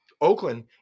Oakland